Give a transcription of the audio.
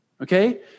Okay